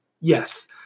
yes